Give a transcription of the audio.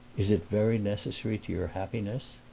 is it very necessary to your happiness?